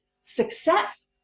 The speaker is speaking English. success